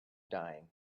dying